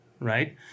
right